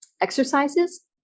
exercises